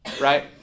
right